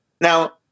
Now